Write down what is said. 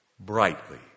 Brightly